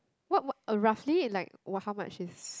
what what uh roughly like how much is